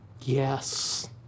Yes